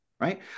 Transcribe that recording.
Right